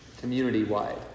community-wide